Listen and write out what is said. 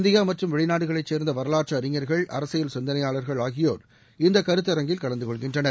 India மற்றும் வெளிநாடுகளை சேர்ந்த வரலாற்று அழிஞர்கள் அரசியல் சிந்தனையாளர்கள் ஆகியோர் இந்த கருத்தரங்கில் கலந்து கொள்கின்றனர்